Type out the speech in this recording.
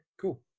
cool